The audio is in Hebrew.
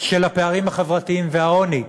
של הפערים החברתיים והעוני,